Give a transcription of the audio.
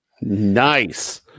Nice